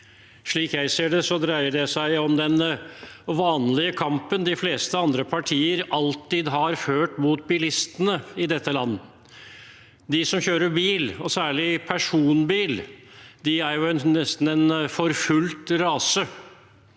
Slik jeg ser det, dreier det seg om den vanlige kampen de fleste andre partier alltid har ført mot bilistene i dette landet. De som kjører bil, særlig personbil, er jo nesten en forfulgt rase